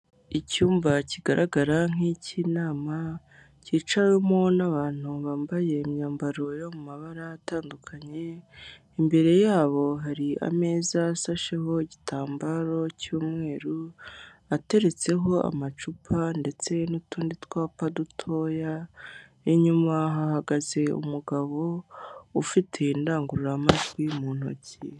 Icyumba kigaragara nk'icy'inama cyicawemo n'abantu bambaye imyambaro yo mu mabara atandukanye imbere yabo hari ameza asasheho igitambaro cy'umweru ateretseho amacupa ndetse n'utundi twapa dutoya n'inyuma hahagaze umugabo ufite indangururamajwi mu ntoki.